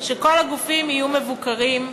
שכל הגופים יהיו מבוקרים.